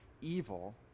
evil